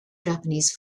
japanese